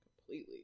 completely